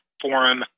forum